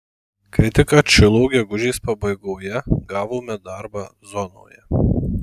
kai tik atšilo gegužės pabaigoje gavome darbą zonoje